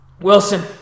Wilson